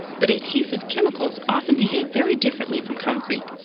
but adhesive chemicals often behave very differently from concrete,